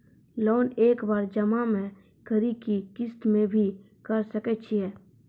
Loan एक बार जमा म करि कि किस्त मे भी करऽ सके छि?